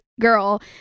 girl